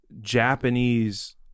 Japanese